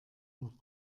noch